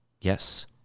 Yes